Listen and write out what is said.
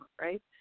right